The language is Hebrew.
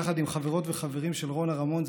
יחד עם חברות וחברים של רונה רמון,